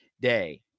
day